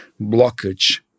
blockage